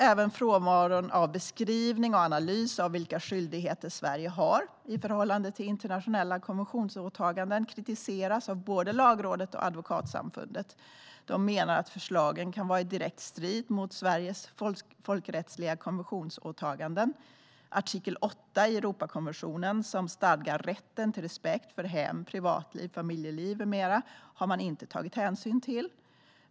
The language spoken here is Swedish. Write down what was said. Även frånvaron av beskrivning och analys av vilka skyldigheter Sverige har i förhållande till internationella konventionsåtaganden kritiseras av Lagrådet och Advokatsamfundet. De menar att förslagen kan vara i direkt strid mot Sveriges folkrättsliga konventionsåtaganden och att man inte har tagit hänsyn till artikel 8 i Europakonventionen, som stadgar rätt till respekt för hem, privatliv, familjeliv med mera.